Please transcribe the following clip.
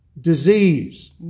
disease